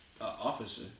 officer